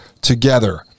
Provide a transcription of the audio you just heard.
together